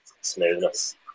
smoothness